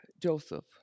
Joseph